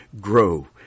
grow